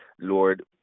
Lord